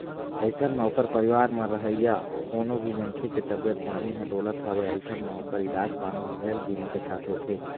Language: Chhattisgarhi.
अइसन म ओखर परिवार म रहइया कोनो भी मनखे के तबीयत पानी ह डोलत हवय अइसन म ओखर इलाज पानी ह हेल्थ बीमा के तहत होथे